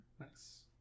Nice